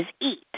eat